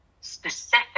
specific